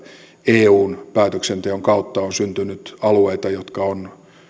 eun päätöksenteon kautta on syntynyt alueita jotka ovat